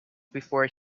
before